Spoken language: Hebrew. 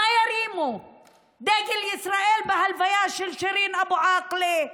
שירימו דגל ישראל בהלוויה של שירין אבו עאקלה,